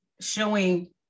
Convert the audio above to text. showing